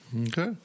Okay